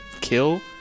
kill